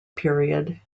period